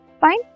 Fine